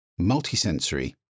multisensory